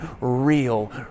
real